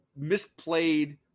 misplayed